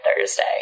Thursday